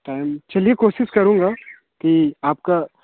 time चलिए कोशिश करूँगा कि आपका